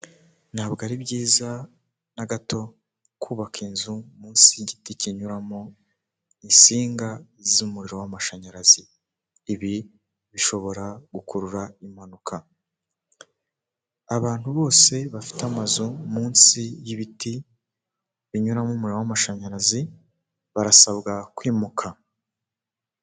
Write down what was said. Ntabwo ari byiza na gato kubaka inzu munsi y'igiti kinyura mu insinga z'umuriro w'amashanyarazi ibi bishobora gukurura impanuka abantu bose bafite amazu munsi y'ibiti binyuramo umuriro w'amashanyarazi barasabwa kwimuka.